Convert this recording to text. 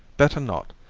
better not.